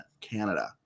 Canada